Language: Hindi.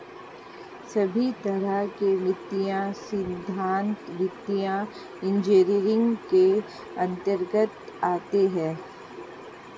सभी तरह के वित्तीय सिद्धान्त वित्तीय इन्जीनियरिंग के अन्तर्गत आते हैं